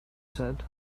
said